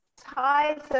ties